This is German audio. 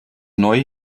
neu